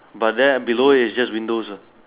but there and below it is just windows uh